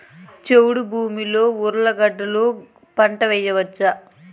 చౌడు భూమిలో ఉర్లగడ్డలు గడ్డలు పంట వేయచ్చా?